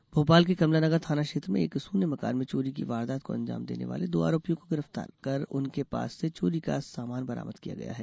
चोरी बरामद भोपाल के कमला नगर थाना क्षेत्र में एक सूने मकान में चोरी की वारदात को अंजाम देने वाले दो आरोपियों को गिरफ्तार कर उनके पास से चोरी का सामान बरामद किया गया है